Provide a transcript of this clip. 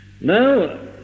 Now